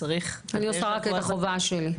אני עושה רק את החובה שלי.